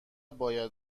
باید